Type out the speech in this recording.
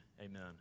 Amen